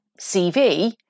CV